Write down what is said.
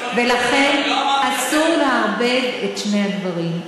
ולכן, אסור לערבב את שני הדברים.